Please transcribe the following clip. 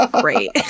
great